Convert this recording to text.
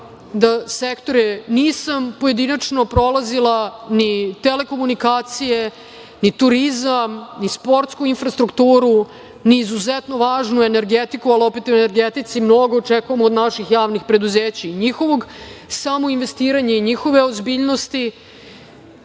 da sektore nisam pojedinačno prolazila, ni telekomunikacije, ni turizam, ni sportsku infrastrukturu, ni izuzetno važnu energetiku, ali opet u energetici mnogo očekujemo od naših javnih preduzeća i njihovog samoinvestiranja i njihove ozbiljnosti,